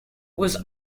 was